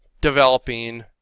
developing